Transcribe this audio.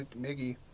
Miggy